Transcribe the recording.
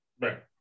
Right